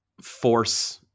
force